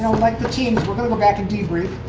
like the teams, we're going to go back and debrief,